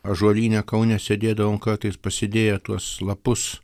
ąžuolyne kaune sėdėdavom kartais pasidėję tuos lapus